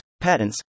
patents